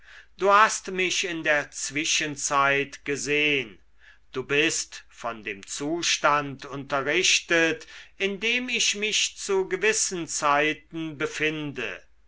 du hast mich in der zwischenzeit gesehn du bist von dem zustand unterrichtet in dem ich mich zu gewissen zeiten befinde